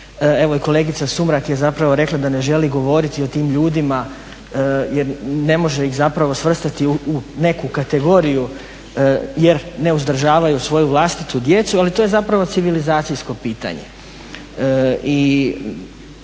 Evo i kolegica Sumrak je zapravo rekla da ne želi govoriti o tim ljudima jer ne može iz zapravo svrstati u neku kategoriju jer ne uzdržavaju svoju vlastitu djecu. Ali to je zapravo civilizacijsko pitanje.